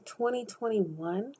2021